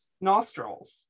nostrils